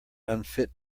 unfit